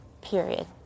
period